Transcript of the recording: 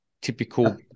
typical